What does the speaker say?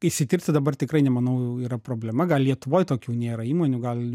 išsitirti dabar tikrai nemanau yra problema gal lietuvoj tokių nėra įmonių gal